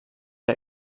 que